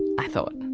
i thought.